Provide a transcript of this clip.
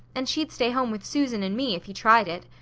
and she'd stay home with susan and me, if he tried it.